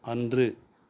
அன்று